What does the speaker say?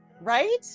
Right